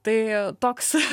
tai toks